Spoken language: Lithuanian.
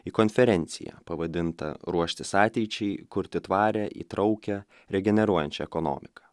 į konferenciją pavadintą ruoštis ateičiai kurti tvarią įtraukią regeneruojančią ekonomiką